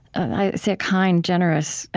i say, a kind, generous,